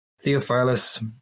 Theophilus